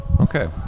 Okay